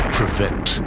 prevent